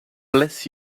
bless